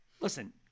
Listen